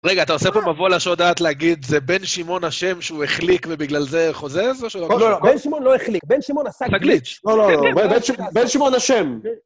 רגע, אתה עושה פה מבוא לשוד דעת להגיד זה בן שמעון אשם שהוא החליק ובגלל זה חוזר? זה לא שאלה קשה. לא, לא, בן שמעון לא החליק, בן שמעון עשה גליץ'. לא, לא, לא, בן שמעון אשם.